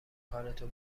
کارتو